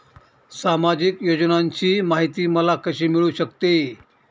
सामाजिक योजनांची माहिती मला कशी मिळू शकते?